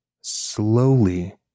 slowly